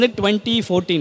2014